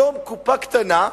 קופה קטנה.